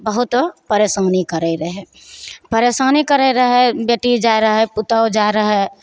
बहुत परेशानी करै रहै परेशानी करै रहै बेटी जाइ रहै पुतहु जाइ रहै